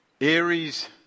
Aries